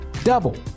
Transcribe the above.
Double